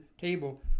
table